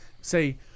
Say